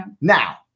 now